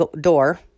door